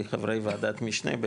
כחברי וועדת משנה,